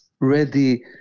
ready